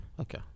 Okay